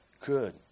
Good